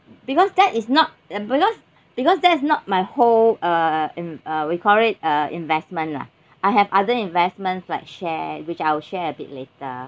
because that is not uh because because that's not my whole uh in uh we call it uh investment lah I have other investments like share which I will share a bit later